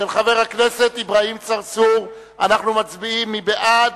של חבר הכנסת אברהים צרצור, מי בעד?